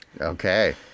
Okay